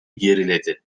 geriledi